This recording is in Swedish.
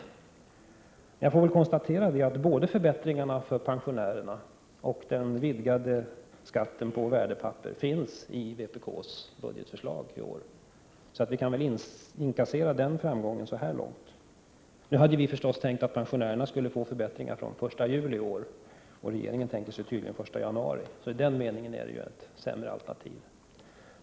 Jag får konstatera att både förbättringarna för pensionärerna och den vidgade skatten på värdepapper finns i vpk:s budgetförslag i år. Vi kan väl inkassera en framgång så långt. Nu hade vi förstås tänkt att pensionärerna skulle få förbättringar från den 1 juli i år. Regeringen tänker sig tydligen att förbättringarna skall gälla från den 1 januari nästa år, så i den meningen är det ju ett sämre alternativ.